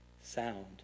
sound